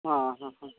ആ ആ ആ ആ